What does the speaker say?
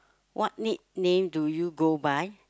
what nickname do you go by